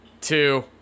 two